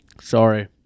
Sorry